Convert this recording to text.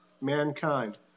mankind